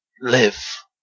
live